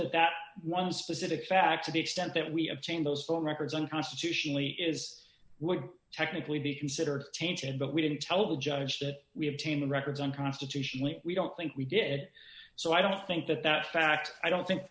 that that one specific fact to the extent that we obtained those phone records unconstitutionally is would technically be considered tainted but we didn't tell the judge that we have changed records unconstitutionally we don't think we did so i don't think that that fact i don't think